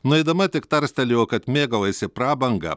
nueidama tik tarstelėjo kad mėgaujasi prabanga